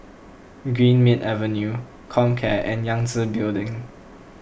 Greenmead Avenue Comcare and Yangtze Building